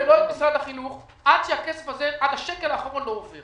ואת משרד החינוך עד שהשקל האחרון של הכסף הזה לא עובר